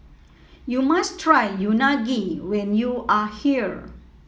you must try Unagi when you are here